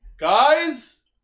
guys